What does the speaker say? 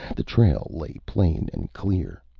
the trail lay plain and clear.